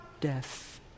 death